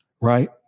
Right